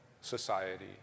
society